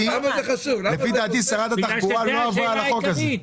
לכן זאת שאלה שהיא צדדית בעצם,